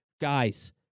guys